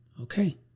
Okay